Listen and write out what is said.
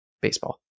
Baseball